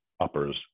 uppers